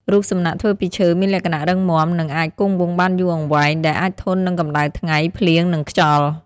រូបសំណាកធ្វើពីឈើមានលក្ខណៈរឹងមាំ និងអាចគង់វង្សបានយូរអង្វែង ដែលអាចធន់នឹងកម្ដៅថ្ងៃ ភ្លៀង និងខ្យល់។